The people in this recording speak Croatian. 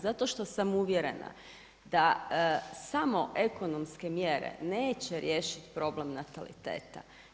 Zato što sam uvjerena da samo ekonomske mjere neće riješiti problem nataliteta.